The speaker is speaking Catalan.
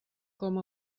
com